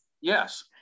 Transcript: Yes